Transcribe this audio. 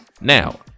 now